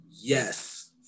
Yes